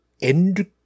end